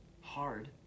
hard